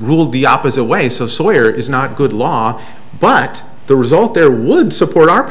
ruled the opposite way so sawyer is not good law but the result there would support our